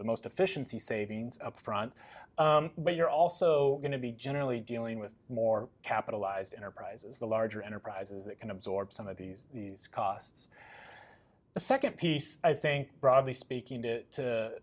the most efficiency savings up front but you're also going to be generally dealing with more capitalized enterprises the larger enterprises that can absorb some of these these costs the nd piece i think broadly speaking to t